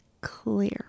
Clear